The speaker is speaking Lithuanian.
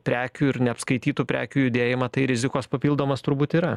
prekių ir neapskaitytų prekių judėjimą tai rizikos papildomos turbūt yra